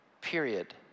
period